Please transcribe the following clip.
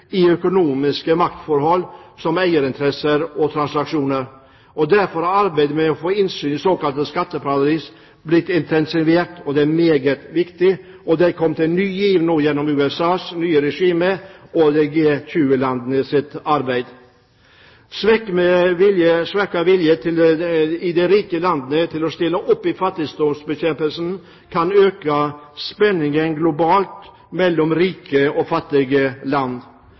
i økonomiske maktforhold som eierinteresser og transaksjoner. Derfor har arbeidet med å få innsyn i såkalte skatteparadiser blitt intensivert. Det er meget viktig. Det er kommet en ny giv nå, gjennom USAs nye regime og G20-landenes arbeid. Svekket vilje i de rike landene til å stille opp i fattigdomsbekjempelsen kan øke spenningene globalt mellom rike og fattige land.